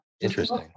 Interesting